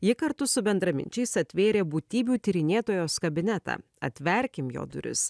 ji kartu su bendraminčiais atvėrė būtybių tyrinėtojos kabinetą atverkim jo duris